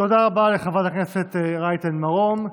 תודה רבה לחברת הכנסת רייטן מרום.